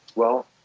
well,